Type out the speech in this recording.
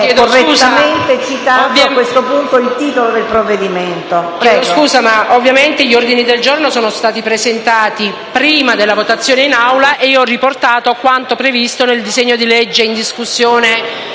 Presidente, ovviamente gli ordini del giorno sono stati presentati prima della votazione in Aula e io ho riportato quanto previsto nel testo base in discussione,